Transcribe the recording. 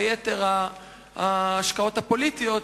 ויתר ההשקעות הפוליטיות,